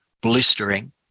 blistering